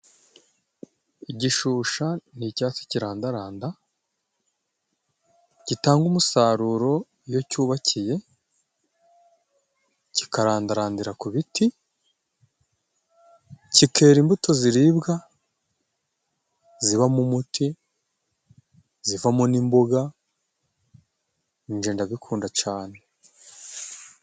Igishusha ni icyatsi kirandaranda, gitanga umusaruro iyo cyubakiye, kikarandarandira ku biti, kikera imbuto ziribwa, zibamo umuti, zivamo n'imboga, nje ndabikunda cane.